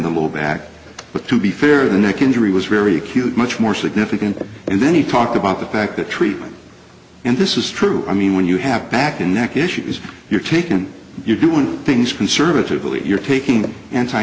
the little bag but to be fair the neck injury was very cute much more significant and then he talked about the fact that treatment and this is true i mean when you have a back and neck issues you're taken you're doing things conservatively you're taking anti